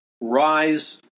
rise